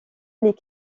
les